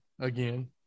again